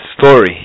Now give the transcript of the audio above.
story